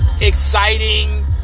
exciting